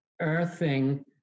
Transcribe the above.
earthing